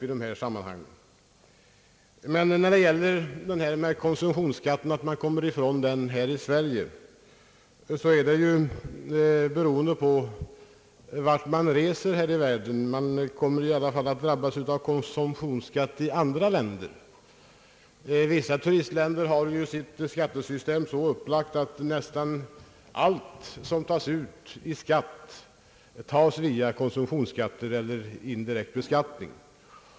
När det sägs att utlandsresenärerna kommer ifrån konsumtionsskatten här i Sverige så beror detta i viss mån på vart vederbörande reser — de drabbas i alla fall av konsumtionsskatt i andra länder, Vissa turistländer har ju sitt skattesystem så upplagt att nästan all skatt tas ut via konsumtionen eller genom indirekt beskattning.